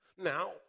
Now